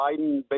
Biden